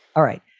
all right.